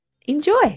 enjoy